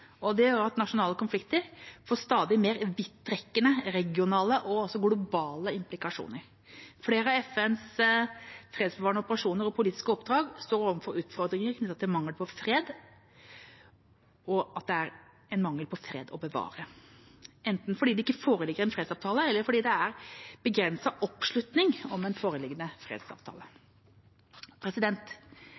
Det gjør at nasjonale konflikter får stadig mer vidtrekkende regionale og globale implikasjoner. Flere av FNs fredsbevarende operasjoner og politiske oppdrag står overfor utfordringer knyttet til mangelen på en fred å bevare, enten fordi det ikke foreligger en fredsavtale, eller fordi det er begrenset oppslutning om en foreliggende fredsavtale.